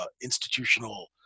institutional